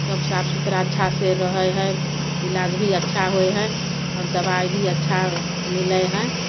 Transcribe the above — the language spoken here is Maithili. सब साफ सुथरा अच्छासँ रहय हइ इलाज भी अच्छा होइ हइ आओर दबाइ भी अच्छा मिलय हइ